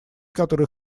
которые